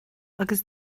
agus